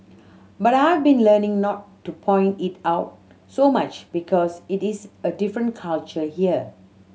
but I've been learning not to point it out so much because it is a different culture here